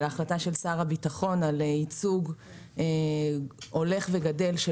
ולהחלטה של שר הביטחון על ייצוג הולך וגדל של